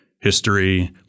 history